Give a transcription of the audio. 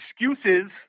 excuses